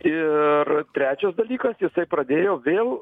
ir trečias dalykas jisai pradėjo vėl